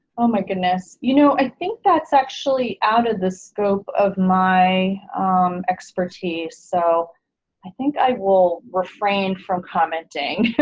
oh my goodness you know i think that's actually out of the scope of my expertise, so i think i will refrain from commenting.